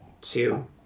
two